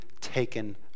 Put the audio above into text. taken